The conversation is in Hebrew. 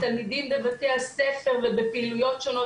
תלמידים בבתי הספר ובפעילויות שונות,